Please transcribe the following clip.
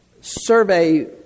survey